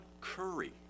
Curry